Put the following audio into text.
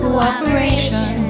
Cooperation